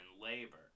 labor